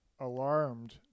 alarmed